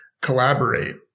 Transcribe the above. collaborate